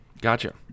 gotcha